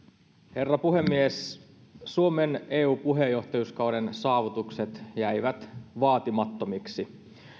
herra puhemies suomen eu puheenjohtajuuskauden saavutukset jäivät vaatimattomiksi